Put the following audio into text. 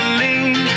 lean